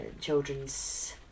children's